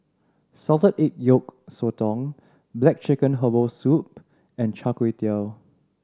salted egg yolk sotong black chicken herbal soup and Char Kway Teow